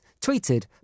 tweeted